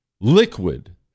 liquid